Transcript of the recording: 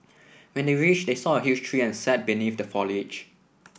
when they reached they saw a huge tree and sat beneath the foliage